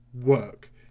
work